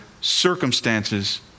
circumstances